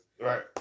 Right